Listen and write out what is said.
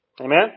Amen